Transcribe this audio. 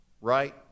right